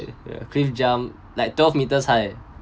cliff jump like twelve meters high